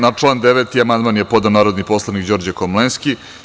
Na član 9. amandman je podneo narodni poslanik Đorđe Komlenski.